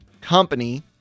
company